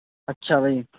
ਅੱਛਾ ਭਾਅ ਜੀ